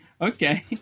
Okay